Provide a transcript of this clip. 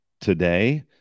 today